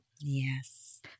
Yes